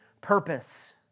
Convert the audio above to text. purpose